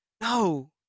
No